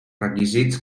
requisits